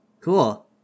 Cool